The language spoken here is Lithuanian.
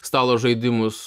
stalo žaidimus